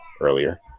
earlier